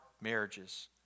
marriages